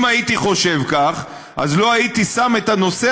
אם הייתי חושב כך לא הייתי שם את הנושא